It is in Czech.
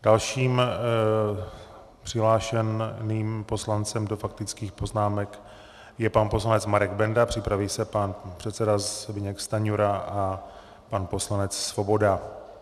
Dalším přihlášeným poslancem do faktických poznámek je pan poslanec Marek Benda, připraví se pan předseda Zbyněk Stanjura a pan poslanec Svoboda.